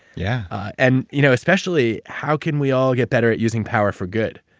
yeah and you know especially, how can we all get better at using power for good?